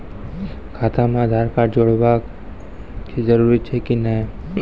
खाता म आधार कार्ड जोड़वा के जरूरी छै कि नैय?